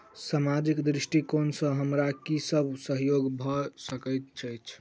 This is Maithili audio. सामाजिक दृष्टिकोण सँ हमरा की सब सहयोग भऽ सकैत अछि?